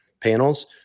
panels